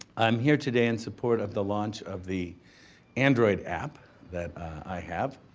i'm here today in support of the launch of the android app that i have.